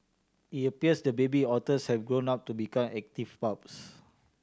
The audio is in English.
it appears the baby otters have grown up to become active pups